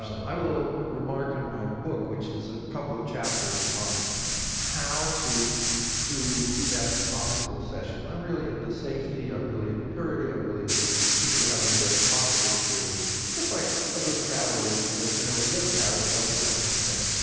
i have a little remark in my book which is a couple of chapters on how to do the best possible session. i'm really into safety. i'm ah really into purity. i'm ah really into people having the best possible experience just like a good travel agent says, you know, when you go to paris, don't jump in the seine.